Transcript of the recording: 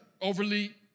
overly